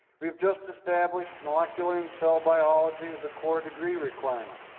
we've just established molecular and cell biology as a core degree requirement,